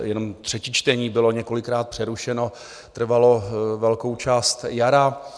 Jenom třetí čtení bylo několikrát přerušeno, trvalo velkou část jara.